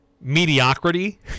mediocrity